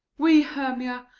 we, hermia,